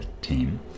team